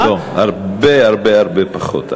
לא לא, הרבה הרבה הרבה פחות.